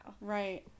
Right